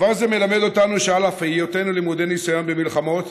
דבר זה מלמד אותנו שעל אף היותנו למודי ניסיון במלחמות,